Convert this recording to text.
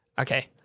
okay